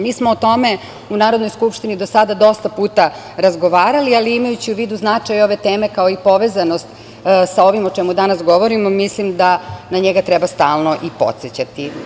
Mi smo o tome u Narodnoj skupštini do sada dosta puta razgovarali, ali imajući u vidu značaj ove teme, kao i povezanost sa ovim o čemu danas govorimo, mislim da na njega treba stalno i podsećati.